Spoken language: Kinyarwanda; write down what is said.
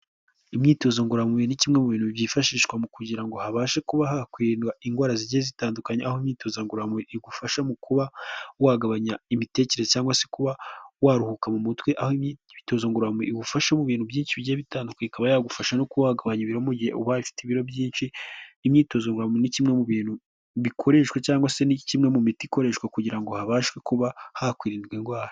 Imyitozo ngororamubiri ni kimwe mu bintu byifashishwa mu kugira ngo habashe kuba indwara zijye zitandukanyekanya aho imyitozo ngoro igufasha mu kuba wagabanya imitekere cyangwa se kuba waruhuka mu mutwe aho imyitozo ngoramubiri igufasha mu bintu byinshi ujye bitandukanye ikaba yagufasha no kugabanya ibiromo igihe uba ifite ibiro byinshi, imyitozo ngoromubiri ni kimwe mu bintu bikoreshwa cyangwa se ni kimwe mu miti ikoreshwa kugira ngo habashe kuba hakwirinzwe indwara.